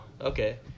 Okay